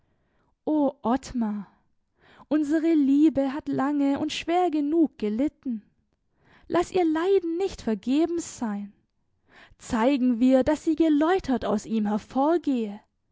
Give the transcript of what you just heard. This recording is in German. ottmar unsere liebe hat lange und schwer genug gelitten laß ihr leiden nicht vergebens sein zeigen wir daß sie geläutert aus ihm hervorgehe